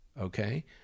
okay